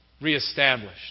reestablished